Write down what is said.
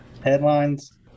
Headlines